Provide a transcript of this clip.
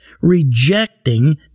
rejecting